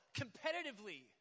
competitively